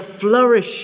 flourish